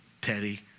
Teddy